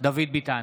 דוד ביטן,